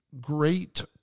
great